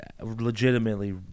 legitimately